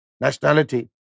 nationality